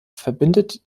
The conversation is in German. verbindet